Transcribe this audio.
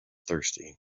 thirsty